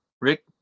Rick